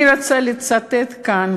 אני רוצה לצטט כאן